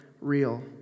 real